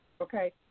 Okay